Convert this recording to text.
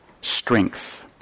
strength